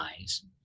eyes